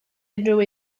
unrhyw